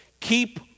keep